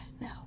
No